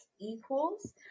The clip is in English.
Equals